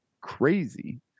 Crazy